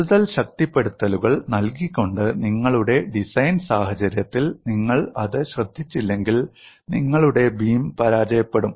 കൂടുതൽ ശക്തിപ്പെടുത്തലുകൾ നൽകിക്കൊണ്ട് നിങ്ങളുടെ ഡിസൈൻ സാഹചര്യത്തിൽ നിങ്ങൾ അത് ശ്രദ്ധിച്ചില്ലെങ്കിൽ നിങ്ങളുടെ ബീം പരാജയപ്പെടും